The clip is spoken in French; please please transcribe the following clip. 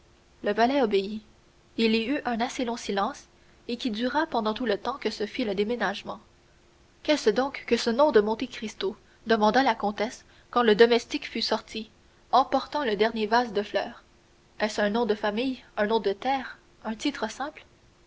le valet obéit il y eut un assez long silence et qui dura pendant tout le temps que se fit le déménagement qu'est-ce donc que ce nom de monte cristo demanda la comtesse quand le domestique fut sorti emportant le dernier vase de fleurs est-ce un nom de famille un nom de terre un titre simple